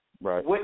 Right